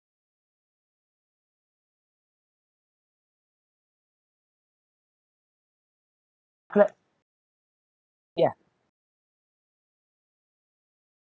clap ya